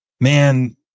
Man